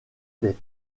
des